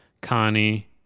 Connie